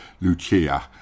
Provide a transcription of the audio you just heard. Lucia